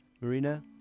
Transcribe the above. Marina